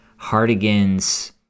Hardigan's